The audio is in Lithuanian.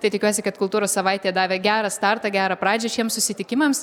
tai tikiuosi kad kultūros savaitė davė gerą startą gerą pradžią šiems susitikimams